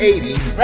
80s